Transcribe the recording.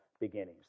beginnings